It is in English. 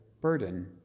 burden